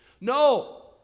No